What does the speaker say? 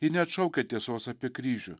ji neatšaukia tiesos apie kryžių